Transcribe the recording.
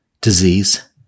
disease